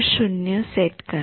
तर सेट करा